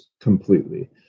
completely